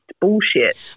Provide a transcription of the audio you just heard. bullshit